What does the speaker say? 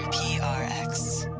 i ah